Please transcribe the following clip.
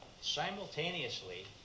simultaneously